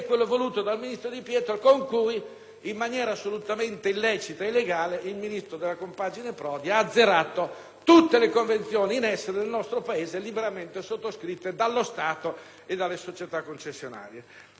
in maniera assolutamente illecita ed illegale, il Ministro della compagine Prodi aveva azzerato tutte le convenzioni in essere nel nostro Paese, liberamente sottoscritte dallo Stato e dalle società concessionarie. Vi è poi la questione